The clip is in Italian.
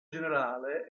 generale